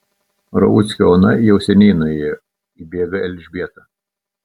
rauckio ona jau seniai nuėjo įbėga elžbieta